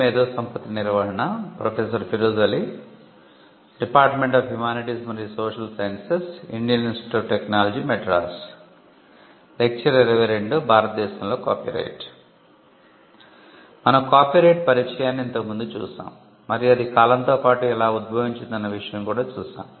మనం కాపీరైట్ పరిచయాన్ని ఇంతకు ముందు చూశాము మరియు అది కాలంతో పాటు ఎలా ఉద్భవించింది అన్న విషయం కూడా చూసాం